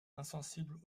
insensible